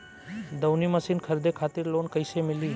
दऊनी मशीन खरीदे खातिर लोन कइसे मिली?